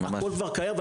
הכול כבר קיים,